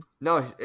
No